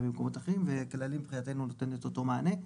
במקומות אחרים ו"כללים" מבחינתנו יתן את אותו המענה.